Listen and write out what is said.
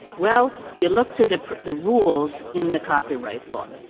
well, you look to the the rules in the copyright law.